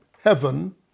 heaven